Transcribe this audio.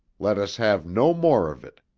let us have no more of it.